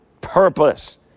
purpose